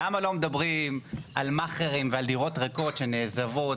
למה לא מדברים על מאכרים ועל דירות ריקות שנעזבות